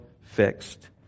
fixed